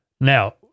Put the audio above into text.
Now